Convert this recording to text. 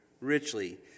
richly